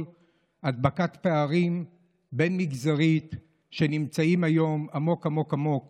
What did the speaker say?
הדבקת פערים במגזרים שנמצאים היום עמוק עמוק עמוק